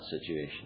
situation